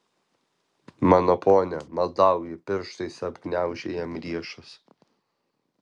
mano pone maldauju pirštais apgniaužė jam riešus